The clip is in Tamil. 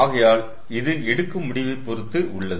ஆகையால் இது எடுக்கும் முடிவைப் பொறுத்து உள்ளது